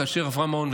כאשר עברה מעון,